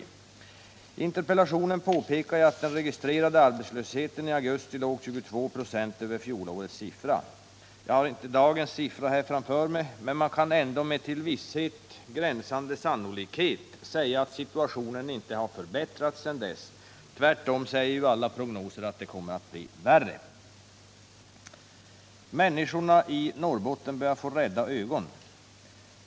I interpellationen påpekar jag att den registrerade arbetslösheten i augusti iår låg 22 96 över fjolårets siffra. Jag har inte dagens siffra framför mig, men jag kan ändå med till visshet gränsande sannolikhet säga att situationen inte har förbättrats sedan dess. Tvärtom säger alla prognoser att det kommer att bli än värre. Människorna i Norrbotten börjar få rädda ögon.